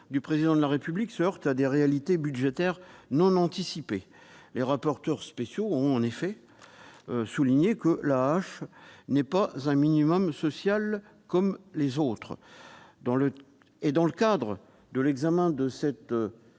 du Président de la République, ne se heurtent à des réalités budgétaires non anticipées. Les rapporteurs spéciaux ont en effet souligné que l'AAH n'était pas un minimum social comme les autres. Si ce débat concerne